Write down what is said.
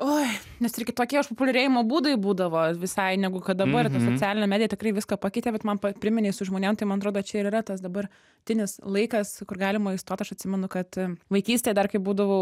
oi nes ir kitokie išpopuliarėjimo būdai būdavo visai negu kad dabar socialinė medija tikrai viską pakeitė bet man pa priminei su žmonėm tai man atrodo čia ir yra tas dabartinis laikas kur galima įstot aš atsimenu kad vaikystėj dar kai būdavau